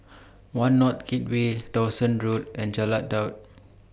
one North Gateway Dawson Road and Jalan Daud